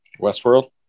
Westworld